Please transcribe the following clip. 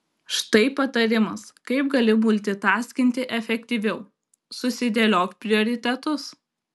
štai patarimas kaip gali multitaskinti efektyviau susidėliok prioritetus